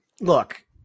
look